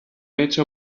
hecho